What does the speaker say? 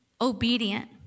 obedient